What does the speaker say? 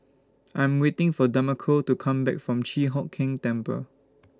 I Am waiting For Demarco to Come Back from Chi Hock Keng Temple